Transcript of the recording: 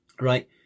right